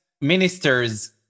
ministers